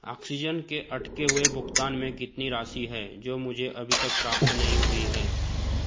oxygen के अटके हुए भुगतान में कितनी राशि है जो मुझे अभी तक प्राप्त नहीं हुई है